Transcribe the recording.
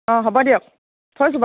অঁ হ'ব দিয়ক থৈছোঁ বাৰু